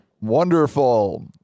Wonderful